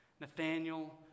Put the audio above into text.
Nathaniel